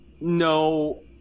no